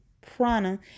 prana